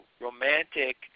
romantic